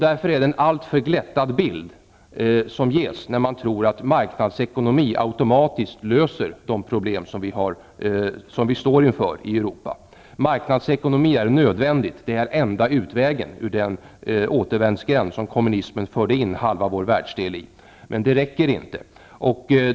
Därför är det en alltför glättad bild som ges när man tror att marknadsekonomi automatiskt löser de problem som vi står inför i Marknadsekonomi är nödvändigt -- det är enda utvägen ur den återvändsgränd som kommunismen förde in halva vår världsdel i. Men det räcker inte.